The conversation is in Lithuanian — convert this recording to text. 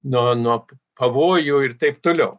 nuo nuo pavojų ir taip toliau